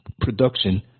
production